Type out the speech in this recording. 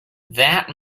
that